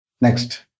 Next